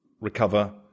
recover